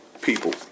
people